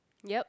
yup